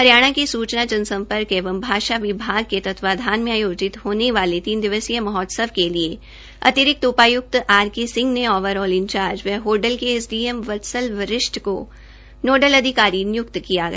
हरियाणा सूचना जनसम्पर्क एवं भाषा विभाग के तत्वाधान में आयोजित होने वाले तीन दिवसीय महोत्सव के लिए अतिरिक्त उपाय्क्त आर के सिंह ने ओवर ऑल इंचार्ज व होडल के M D M Vatsal Varishth को नोडल अधिकारी निय्क्त किया गया